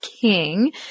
king